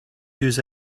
use